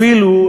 אפילו,